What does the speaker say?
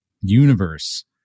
universe